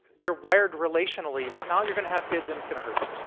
you're wired relationally but now you're going to have kids and it's going to hurt.